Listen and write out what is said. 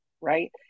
right